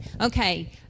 Okay